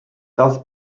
das